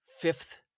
fifth